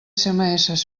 sms